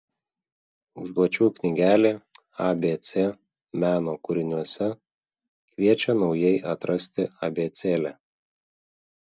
užduočių knygelė abc meno kūriniuose kviečia naujai atrasti abėcėlę